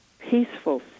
peaceful